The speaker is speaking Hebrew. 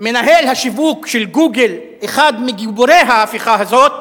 מנהל השיווק של "גוגל", אחד מגיבורי ההפיכה הזאת,